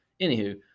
Anywho